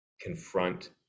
confront